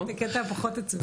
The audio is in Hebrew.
חשבתי את הקטע הפחות עצוב.